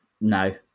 no